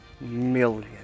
million